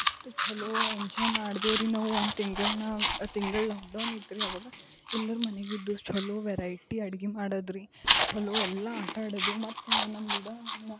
ಎಷ್ಟು ಚಲೋ ಎಂಜಾಯ್ ಮಾಡ್ದೇವು ರಿ ನಾವು ಒಂದು ತಿಂಗ್ಳನಾಗೆ ತಿಂಗ್ಳು ಲಾಕ್ ಡೌನ್ ಇತ್ತು ರಿ ಆವಾಗ ಎಲ್ಲರು ಮನೆಗಿದ್ದು ಚಲೋ ವೆರೈಟಿ ಅಡುಗೆ ಮಾಡೋದ್ರಿ ಚಲೋ ಎಲ್ಲ ಆಟ ಆಡೋದು ಮತ್ತು ನಮ್ಮಕೂಡ